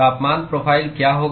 तापमान प्रोफाइल क्या होगा